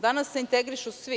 Danas se integrišu svi.